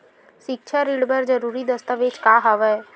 सिक्छा ऋण बर जरूरी दस्तावेज का हवय?